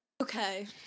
Okay